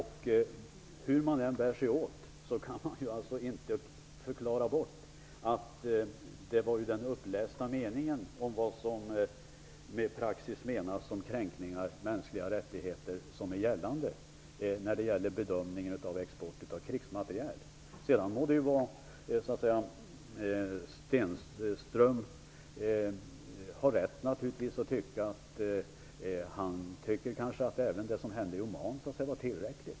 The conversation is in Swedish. Hur man än bär sig åt kan man inte förklara bort att den upplästa meningen om praxis för vad som menas med kränkande av mänskliga rättigheter är det som gäller för bedömningen av export av krigsmateriel. Sedan må Michael Stjernström ha rätt att tycka att det som hände i Oman var tillräckligt.